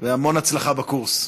והמון הצלחה בקורס.